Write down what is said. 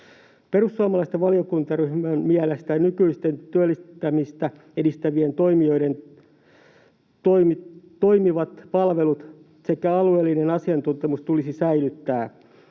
Perussuomalaisten valiokuntaryhmän mielestä nykyisten työllistämistä edistävien toimijoiden toimivat palvelut sekä alueellinen asiantuntemus tulisi säilyttää.